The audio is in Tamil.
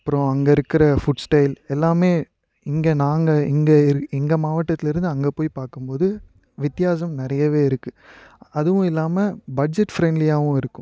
அப்றம் அங்கே இருக்கிற ஃபுட் ஸ்டைல் எல்லாமே இங்கே நாங்கள் இங்கே இருக் எங்கள் மாவட்டத்துலேருந்து அங்கே போய் பார்க்கும்போது வித்தியாசம் நிறையாவே இருக்குது அதுவும் இல்லாமல் பட்ஜெட் ஃப்ரெண்ட்லியாகவும் இருக்கும்